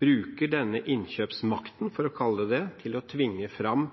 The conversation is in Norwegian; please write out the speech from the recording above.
bruker denne innkjøpsmakten – for å kalle det det – til å tvinge fram